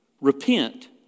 repent